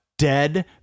dead